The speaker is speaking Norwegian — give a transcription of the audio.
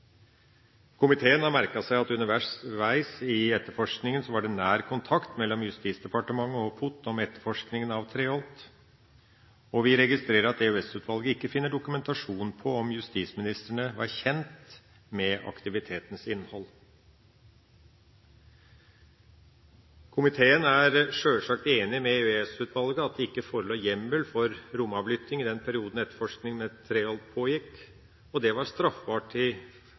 Komiteen har merket seg at underveis i etterforskningen var det nær kontakt mellom Justisdepartementet og POT om etterforskningen av Treholt, og vi registrerer at EOS-utvalget ikke finner dokumentasjon på om justisministrene var kjent med aktivitetenes innhold. Komiteen er sjølsagt enig med EOS-utvalget i at det ikke forelå hjemmel for romavlytting i den perioden etterforskningen av Treholt pågikk. Det var straffbart å foreta romavlytting i